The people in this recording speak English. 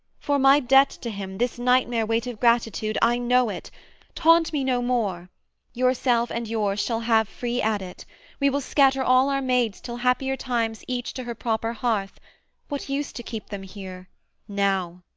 for my debt to him, this nightmare weight of gratitude, i know it taunt me no more yourself and yours shall have free adit we will scatter all our maids till happier times each to her proper hearth what use to keep them here now?